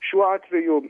šiuo atveju